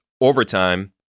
overtime